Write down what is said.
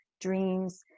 dreams